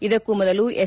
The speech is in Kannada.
ಇದಕ್ಕೂ ಮೊದಲು ಎಸ್